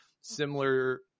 similar